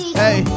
hey